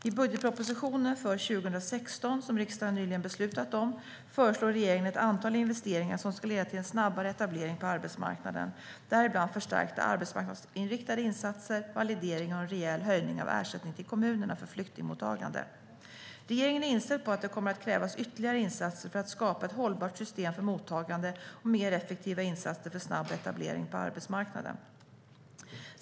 I budgetpropositionen för 2016, som riksdagen nyligen beslutat om, föreslår regeringen ett antal investeringar som ska leda till en snabbare etablering på arbetsmarknaden, däribland förstärkta arbetsmarknadsinriktade insatser, validering och en rejäl höjning av ersättningen till kommunerna för flyktingmottagande. Regeringen är inställd på att det kommer att krävas ytterligare insatser för att skapa ett hållbart system för mottagande och mer effektiva insatser för snabb etablering på arbetsmarknaden.